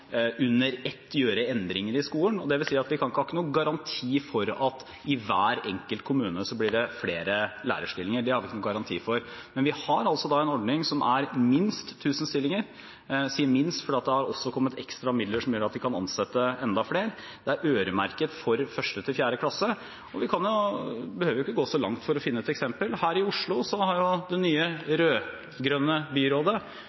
gjøre endringer i skolen, dvs. at vi ikke har noen garanti for at det i hver enkelt kommune blir flere lærerstillinger. Det har vi ingen garanti for. Men vi har altså en ordning som er minst 1 000 stillinger, jeg sier «minst» fordi det også har kommet ekstra midler som gjør at de kan ansette enda flere. Det er øremerket for 1.–4. klasse, og vi behøver ikke gå så langt for å finne et eksempel: Her i Oslo har det nye rød-grønne byrådet